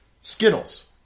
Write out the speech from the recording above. Skittles